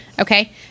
Okay